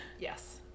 Yes